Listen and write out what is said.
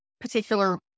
particular